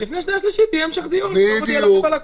ולפני הקריאה השנייה והשלישית יהיה המשך דיון על הכול.